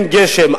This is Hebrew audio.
אין גשם.